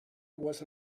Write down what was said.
was